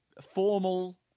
formal